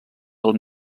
del